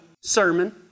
sermon